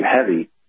heavy